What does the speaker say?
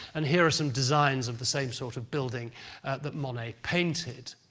and here are some designs of the same sort of building monet painted.